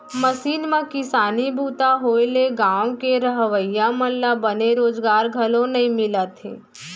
machine म किसानी बूता होए ले गॉंव के रहवइया मन ल बने रोजगार घलौ नइ मिलत हे